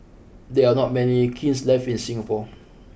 there are not many kilns left in Singapore